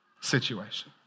situation